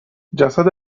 جسد